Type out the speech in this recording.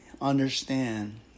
understand